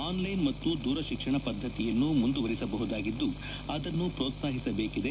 online ಮತ್ತು ದೂರಶಿಕ್ಷಣ ಪದ್ದತಿಯನ್ನು ಮುಂದುವರಿಸಬಹುದಾಗಿದ್ದು ಅದನ್ನು ಪ್ರೋತ್ಸಾಹಿಸಬೇಕಿದೆ